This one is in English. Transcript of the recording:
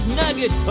nugget